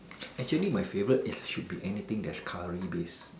actually my favourite is should be anything that's curry base